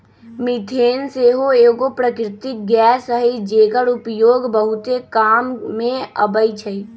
methane सेहो एगो प्राकृतिक गैस हई जेकर उपयोग बहुते काम मे अबइ छइ